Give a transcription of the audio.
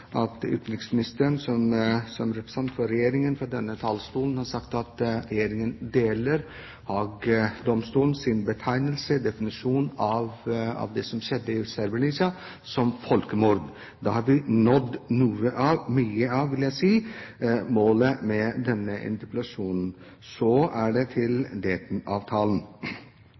at utenriksministeren, som representant for regjeringen, fra denne talerstolen nå har sagt at regjeringen deler Haagdomstolens betegnelse og definisjon av det som skjedde i Srebrenica, som folkemord. Da har vi nådd mye – vil jeg si – av målet med denne interpellasjonen. Så til Dayton-avtalen. Det er riktig som utenriksministeren sa, at vi må ta tiden til